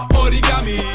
origami